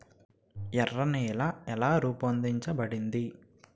ఎర్ర నేల ఎలా రూపొందించబడింది?